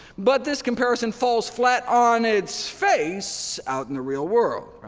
but this comparison falls flat on its face out in the real world.